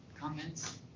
comments